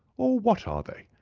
or what are they?